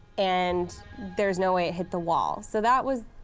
and there's no way it hit the wall, so that was